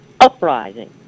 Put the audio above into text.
uprising